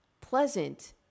pleasant